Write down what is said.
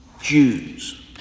Jews